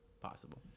possible